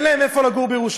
אין להם איפה לגור בירושלים.